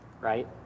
right